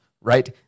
right